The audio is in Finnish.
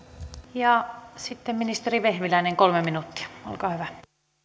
sitten ministeri vehviläinen kolme minuuttia olkaa hyvä